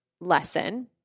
lesson